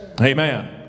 Amen